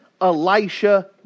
Elisha